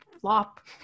flop